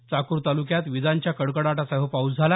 चाकूर तालुक्यात विजांच्या कडकडाटासह पाऊस झाला